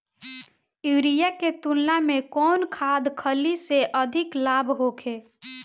Urea के तुलना में कौन खाध खल्ली से अधिक लाभ होखे?